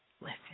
listen